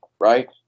right